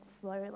slowly